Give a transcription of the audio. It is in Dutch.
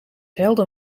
helder